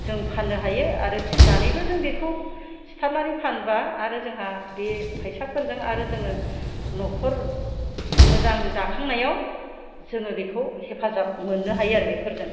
जों फाननो हायो आरो फिनानैबो जों बेखौ सिथारनानै फानोब्ला आरो जोंहा बे फैसाफोरजों आरो जोङो न'खर मोजां दाखांनायाव जोङो बेखौ हेफाजाब मोननो हायो आरो बेफोरजों